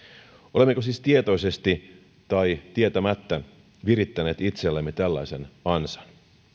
olemmeko siis tietoisesti tai tietämättä virittäneet itsellemme tällaisen ansan